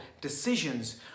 decisions